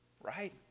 right